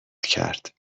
کرد